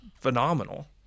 phenomenal